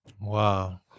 Wow